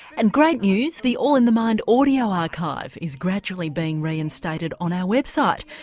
and great news, the all in the mind audio archive is gradually being reinstated on our website,